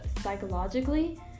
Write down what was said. psychologically